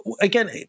again